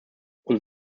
und